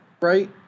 Right